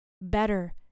better